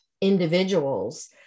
individuals